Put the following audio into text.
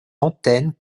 antennes